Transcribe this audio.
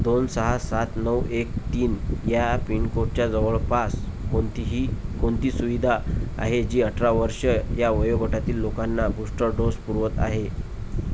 दोन सहा सात नऊ एक तीन या पिनकोडच्या जवळपास कोणतीही कोणती सुविधा आहे जी अठरा वर्ष या वयोगटातील लोकांना बूस्टर डोस पुरवत आहे